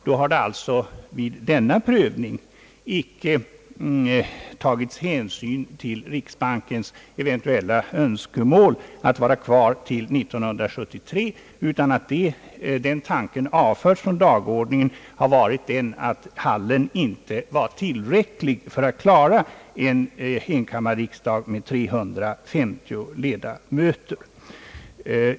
Följaktligen har inte vid denna prövning hänsyn tagits till riksbankens eventuella önskemål att vara kvar till 1973 — anledningen till att den tanken avförts från dagordningen har varit att riksbankens hall inte befunnits tillräcklig för att rymma en riksdag med 350 ledamöter.